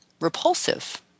repulsive